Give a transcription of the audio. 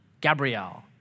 Gabrielle